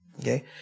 Okay